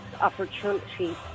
opportunities